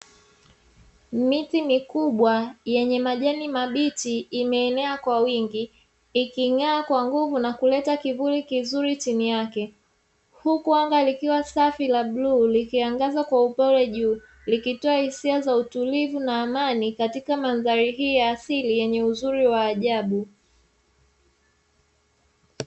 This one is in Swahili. Miti mikubwa yenye majani mabichi imeenea kwa wingi, iking'aa kwa nguvu na kuleta kivuli kizuri chini yake, huku anga likiwa safi la bluu likiangaza kwa upole juu, likitoa hisia za utulivu na amani katika mandhari hii ya asili yenye uzuri wa ajabu.